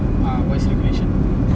ah voice recognition